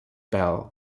bell